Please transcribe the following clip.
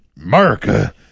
America